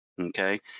Okay